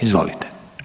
Izvolite.